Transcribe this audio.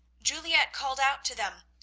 juliette called out to them,